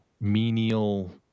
menial